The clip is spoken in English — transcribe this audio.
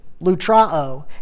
Lutrao